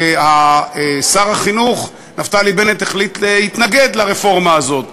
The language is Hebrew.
ששר החינוך נפתלי בנט החליט להתנגד לרפורמה הזאת.